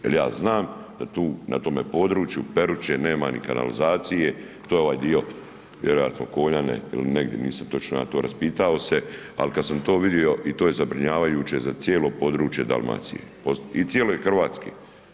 Jer ja znam da tu na tome području Peruće nema ni kanalizacije, to je ovaj dio, vjerojatno ili negdje, nisam ja točno to ja raspitao se ali kad sam to vidio i to je zabrinjavajuće za cijelo područje Dalmacije i cijele Hrvatske.